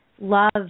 Love